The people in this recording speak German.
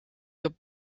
geb